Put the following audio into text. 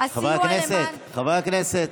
חברי הכנסת,